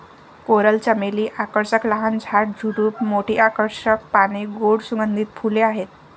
coral चमेली आकर्षक लहान झाड, झुडूप, मोठी आकर्षक पाने, गोड सुगंधित फुले आहेत